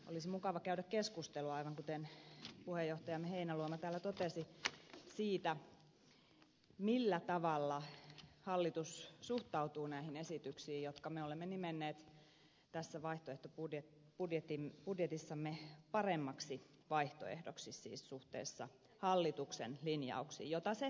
olisi mukava käydä keskustelua aivan kuten puheenjohtajamme heinäluoma täällä totesi siitä millä tavalla hallitus suhtautuu näihin esityksiin jotka me olemme nimenneet tässä vaihtoehtobudjetissamme paremmaksi vaihtoehdoksi siis suhteessa hallituksen linjauksiin mitä se kiistatta on